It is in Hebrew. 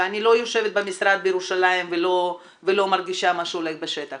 אני לא יושבת במשרד בירושלים ולא מרגישה מה הולך בשטח